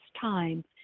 time